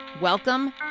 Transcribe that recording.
Welcome